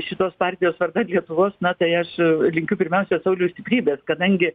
šitos partijos vardan lietuvos na tai aš linkiu pirmiausia sauliui stiprybės kadangi